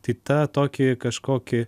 tai tą tokį kažkokį